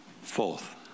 fourth